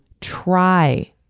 try